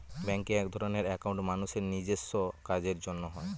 ব্যাঙ্কে একধরনের একাউন্ট মানুষের নিজেস্ব কাজের জন্য হয়